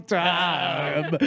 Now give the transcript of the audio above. time